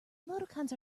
emoticons